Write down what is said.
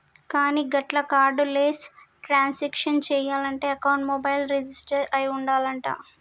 కానీ గట్ల cardless transaction చేయాలంటే అకౌంట్ మొబైల్ రిజిస్టర్ అయి ఉండాలంట